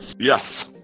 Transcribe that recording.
Yes